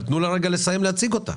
אבל תנו לה לסיים להציג אותה.